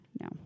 No